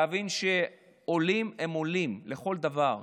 להבין שעולים הם עולים לכל דבר.